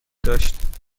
داشت